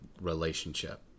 relationship